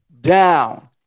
down